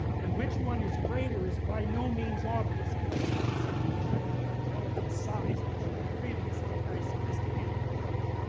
and which one is greater is by no means obvious, unless you use something trivial, like relative size, which, you know, really isn't a very sophisticated approach.